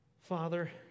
Father